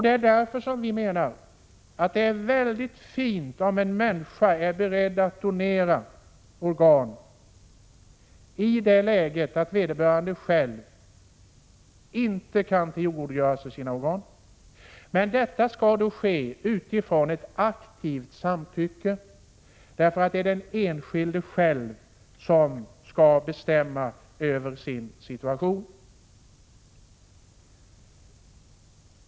Det är någonting väldigt fint om en människa är beredd att donera organ i det läget då vederbörande inte själv kan tillgodogöra sig sina organ, men detta skall då ske efter ett aktivt samtycke. Den enskilde skall själv bestämma över sin situation.